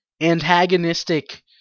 antagonistic